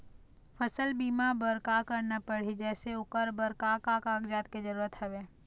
फसल बीमा बार का करना पड़ही जैसे ओकर बर का का कागजात के जरूरत हवे?